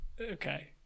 Okay